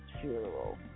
funeral